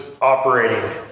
operating